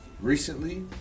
recently